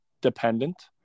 dependent